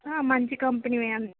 మంచి కంపెనీవి అన్నీ